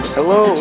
Hello